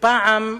ופעם בטענה: